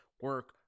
Work